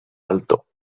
alto